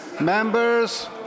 members